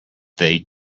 they